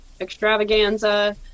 extravaganza